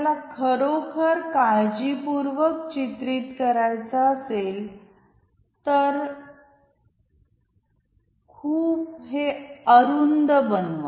आपल्याला खरोखर काळजीपूर्वक चित्रित करायचे असेल तर खूप हे अरुंद बनवा